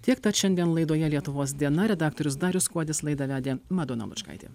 tiek tad šiandien laidoje lietuvos diena redaktorius darius kuodis laidą vedė madona lučkaitė